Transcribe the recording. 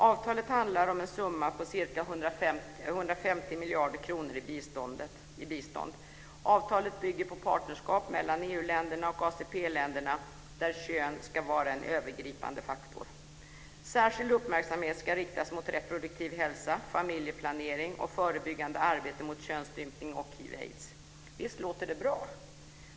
Avtalet handlar om en summa på ca 150 miljarder kronor i bistånd. Avtalet bygger på partnerskap mellan EU-länderna och ACP-länderna, där kön ska vara en övergripande faktor. Särskild uppmärksamhet ska riktas mot reproduktiv hälsa, familjeplanering och förebyggande arbete mot könsstympning och hiv/aids. Visst låter det bra!